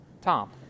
Tom